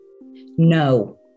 No